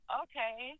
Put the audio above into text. okay